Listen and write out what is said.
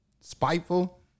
Spiteful